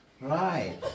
Right